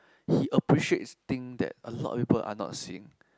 he appreciates thing that a lot people are not seeing